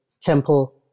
temple